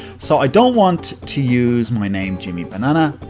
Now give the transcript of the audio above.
so, i don't want to use my name, jimmy banana,